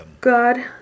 God